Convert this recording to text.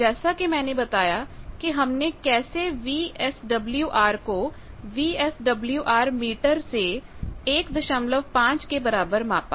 जैसा कि मैंने बताया कि कि हमने कैसे वीएसडब्ल्यूआर को वीएसडब्ल्यूआर मीटर से 15 के बराबर मापा